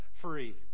free